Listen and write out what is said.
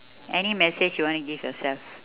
any message you wanna give yourself